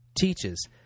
teaches